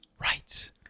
Right